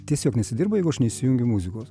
tiesiog nesidirba jeigu aš neįsijungiu muzikos